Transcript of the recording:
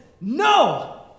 no